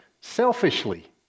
selfishly